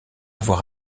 avoir